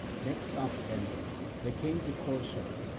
next after them they came to corcyra,